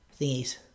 thingies